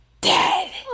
dead